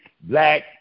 black